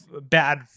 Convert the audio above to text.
bad